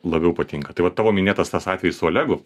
labiau patinka tai va tavo minėtas tas atvejis su olegu